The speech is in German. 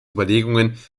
überlegungen